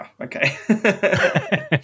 Okay